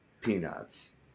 peanuts